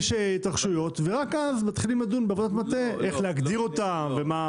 יש התרחשויות ורק אז מתחילים לדון בעבודת מטה איך להגדיר אותם.